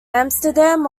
amsterdam